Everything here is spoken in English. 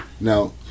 now